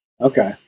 Okay